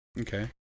Okay